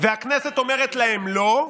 והכנסת אומרת להם לא,